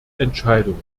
entscheidung